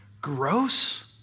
gross